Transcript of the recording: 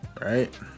Right